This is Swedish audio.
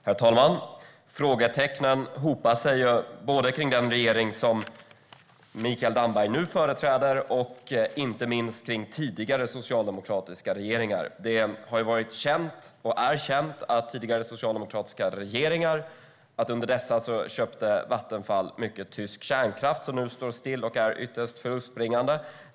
Herr talman! Frågetecknen hopar sig både kring den regering som Mikael Damberg företräder och tidigare socialdemokratiska regeringar. Det är ju känt att Vattenfall köpte mycket tysk kärnkraft under tidigare socialdemokratiska regeringar. Det är kärnkraft som nu står still och är ytterst förlustbringande.